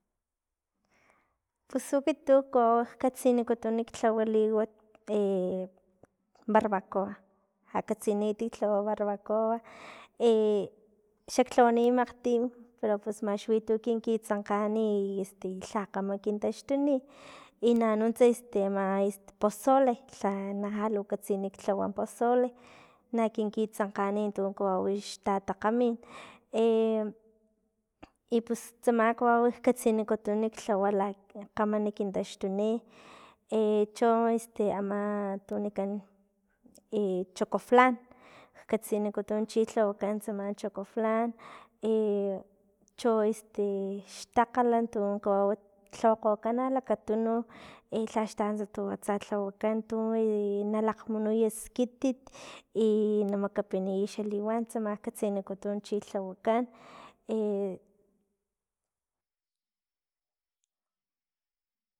Pus ekit tu kawau katsinikutun lhawa liwat barbacoa ja katsini ekit lhawa brarbacoa xaklhawani makgtin pero pus max xwi tu xkitsankga i lha kgama kin taxtini i na nunts este ama este pozole lha na lha la katsini lhawa pozole, na kinkitsankgani untu kawaw ta takgamin i pus tsama katsinikutun ktlawa laki kgama na kintaxtuni echo esta ama tu wanikan chocoflan katsinikutun chi lhawakan tsama choco flan cho este xtakgaltu kawau lhawakan lakatununki lhax tanunts tu atsa lhawakan tu i nalakgamunuy skitit y namakapiniy xa liwan tsama katsinikutun chi lhawakan.